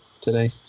today